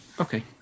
okay